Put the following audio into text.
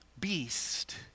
beast